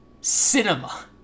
cinema